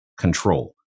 Control